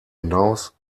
hinaus